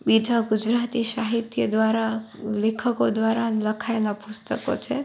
બીજા ગુજરાતી સાહિત્ય દ્વારા લેખકો દ્વારા લખાયેલા પુસ્તકો છે